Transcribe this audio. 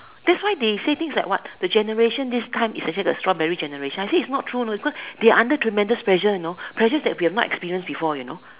that's why they say things like what the generation this time is actually strawberry generation its not true you know because they are under tremendous pressure you know pressure that we have not experience before you know